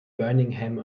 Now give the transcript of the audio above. birmingham